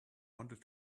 wanted